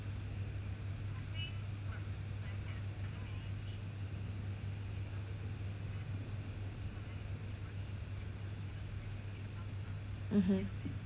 mmhmm